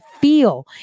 feel